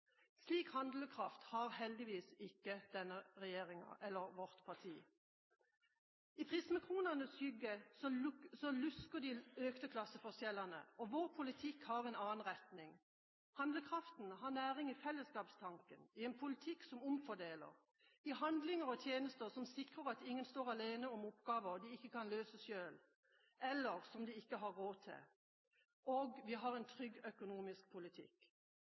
Slik handlekraft har heldigvis ikke denne regjeringa eller vårt parti. I prismekronenes skygge lusker de økte klasseforskjellene. Vår politikk har en annen retning – handlekraften har næring i fellesskapstanken, i en politikk som omfordeler, i handlinger og tjenester som sikrer at ingen står alene om oppgaver de ikke kan løse selv, eller som de ikke har råd til, og vi har en trygg økonomisk politikk.